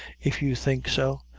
if you think so!